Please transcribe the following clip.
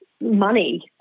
money